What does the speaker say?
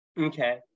okay